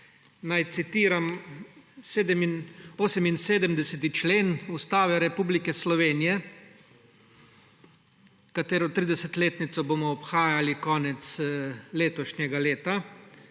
Naj citiram 78. člen Ustave Republike Slovenije, katero tridesetletnico bomo obhajali konec letošnjega leta;